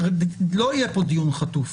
לא יהיה פה דיון חטוף.